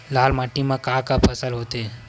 लाल माटी म का का फसल होथे?